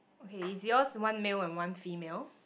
okay is yours one male and one female